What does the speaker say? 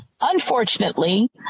Unfortunately